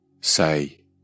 say